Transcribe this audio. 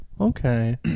okay